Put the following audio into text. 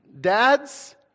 Dads